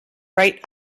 bright